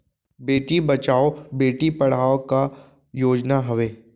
बेटी बचाओ बेटी पढ़ाओ का योजना हवे?